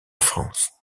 france